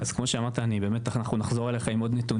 אז כמו שאמרת אנחנו נחזור אליכם עם עוד נתונים,